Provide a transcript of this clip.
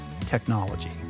technology